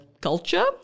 culture